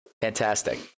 Fantastic